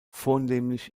vornehmlich